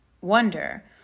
wonder